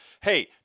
Hey